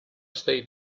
state